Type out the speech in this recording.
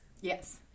Yes